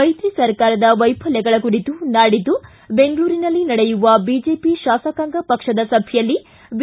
ಮೈತ್ರಿ ಸರ್ಕಾರದ ವೈಫಲ್ಯಗಳ ಕುರಿತು ನಾಡಿದ್ದು ಬೆಂಗಳೂರಿನಲ್ಲಿ ನಡೆಯುವ ಬಿಜೆಪಿ ಶಾಸಕಾಂಗ ಪಕ್ಷದ ಸಭೆಯಲ್ಲಿ ಬಿ